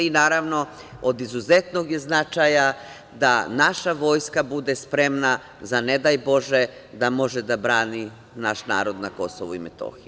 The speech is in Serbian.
Naravno, od izuzetnog je značaja da naša vojska bude spremna za, ne daj bože, da može da brani naš narod na Kosovu i Metohiji.